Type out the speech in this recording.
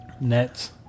nets